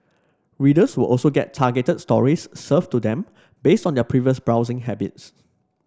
readers will also get targeted stories served to them based on their previous browsing habits